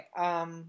Okay